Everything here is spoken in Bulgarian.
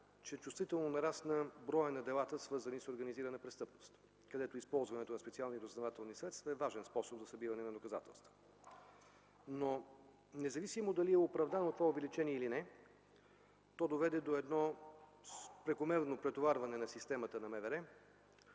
че чувствително нарасна броят на делата, свързани с организирана престъпност, където използването на специални разузнавателни средства е важен способ за събирането на доказателства. Независимо дали е оправдано това увеличение или не, то доведе до прекомерно претоварване на системата на МВР,